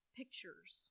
pictures